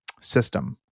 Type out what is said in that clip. system